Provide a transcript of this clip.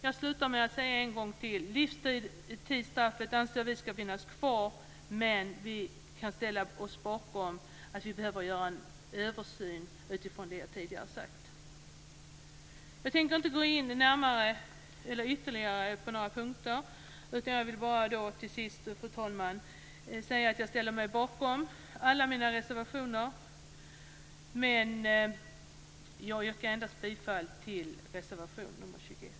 Jag slutar med att säga en gång till att vi anser att livstidsstraffet ska finnas kvar, men vi kan ställa oss bakom att vi behöver göra en översyn utifrån det som jag tidigare har sagt. Jag tänker inte gå in på ytterligare punkter. Jag vill bara till sist, fru talman, säga att jag ställer mig bakom alla mina reservationer. Men jag yrkar bifall endast till reservation nr 21.